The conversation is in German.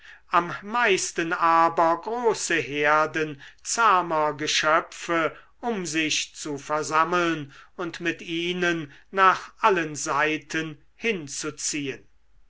am meisten aber große herden zahmer geschöpfe um sich zu versammeln und mit ihnen nach allen seiten hinzuziehen